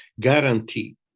Guarantee